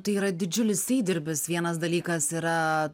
tai yra didžiulis įdirbis vienas dalykas yra